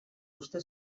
uste